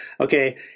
okay